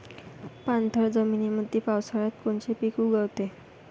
पाणथळ जमीनीमंदी पावसाळ्यात कोनचे पिक उगवते?